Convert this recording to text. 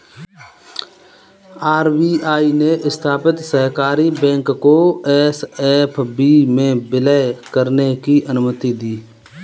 RBI ने स्थापित सहकारी बैंक को एस.एफ.बी में विलय करने की अनुमति दी